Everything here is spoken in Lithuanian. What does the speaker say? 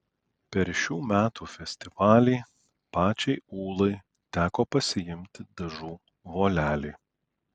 per šių metų festivalį pačiai ūlai teko pasiimti dažų volelį